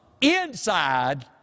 inside